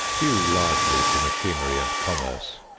due largely to machinery and commerce,